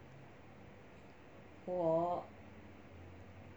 我